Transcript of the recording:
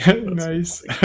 Nice